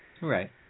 Right